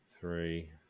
Three